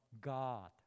God